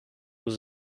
was